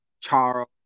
Charles